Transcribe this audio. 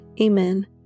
Amen